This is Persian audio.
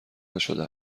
نشده